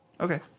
okay